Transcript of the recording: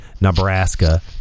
Nebraska